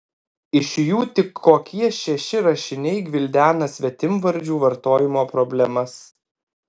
iš jų tik kokie šeši rašiniai gvildena svetimvardžių vartojimo problemas